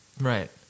Right